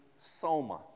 soma